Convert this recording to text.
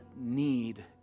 need